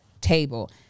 table